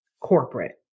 corporate